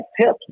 tips